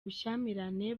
bushyamirane